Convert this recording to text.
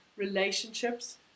relationships